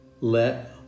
let